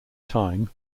time